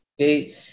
Okay